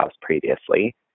previously